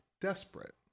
desperate